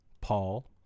Paul